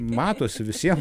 matosi visiem